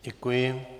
Děkuji.